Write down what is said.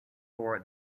for